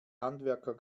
handwerker